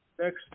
Next